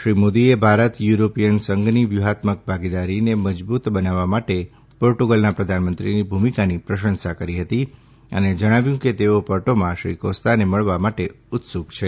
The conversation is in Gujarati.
શ્રી મોદીએ ભારત યુરોપીય સંઘની વ્યુહાત્મક ભાગીદારીને મજબુત બનાવવા માટે પોર્ટુગલના પ્રધાનમંત્રીની ભુમિકાની પ્રશંસા કરી હતી અને જણાવ્યું કે તેવો પોર્ટોમાં શ્રી કોસ્તાને મળવા માટે ઉત્સુક છે